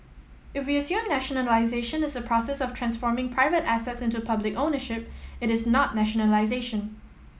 if we assume nationalisation as the process of transforming private assets into public ownership it is not nationalisation